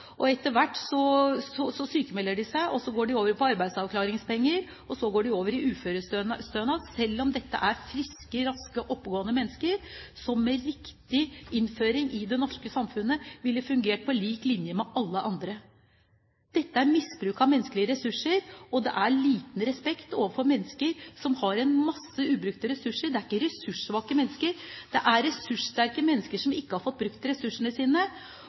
de seg. Så går de over på arbeidsavklaringspenger. Og så går de over på uførestønad, selv om dette er friske, raske og oppegående mennesker, som med riktig innføring i det norske samfunnet ville fungert på lik linje med alle andre. Dette er misbruk av menneskelige ressurser og liten respekt overfor mennesker som har mange ubrukte ressurser. Dette er ikke ressurssvake mennesker, det er ressurssterke mennesker som ikke har fått brukt ressursene sine.